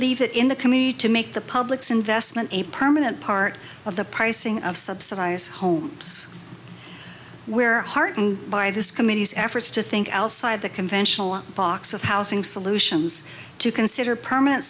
leave it in the community to make the public's investment a permanent part of the pricing of subsidize homes where heartened by his committee's efforts to think outside the conventional box of housing solutions to consider permanent